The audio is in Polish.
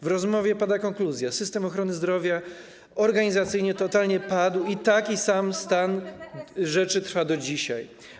W rozmowie pada konkluzja: system ochrony zdrowia organizacyjnie totalnie padł i taki sam stan rzeczy trwa do dzisiaj.